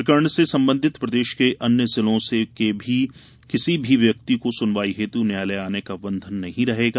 प्रकरण से संबंधित प्रदेश के अन्य जिलों के किसी भी व्यक्ति को सुनवाई हेत् न्यायलय आने का बंधन नहीं रहेगा